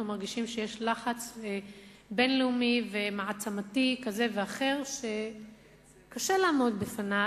מרגישים שיש לחץ בין-לאומי ומעצמתי כזה ואחר שקשה לעמוד בפניו,